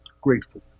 grateful